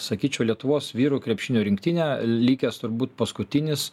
sakyčiau lietuvos vyrų krepšinio rinktinė likęs turbūt paskutinis